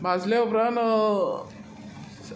भाजल्या उपरांत